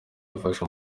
ifasha